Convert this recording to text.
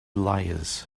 layers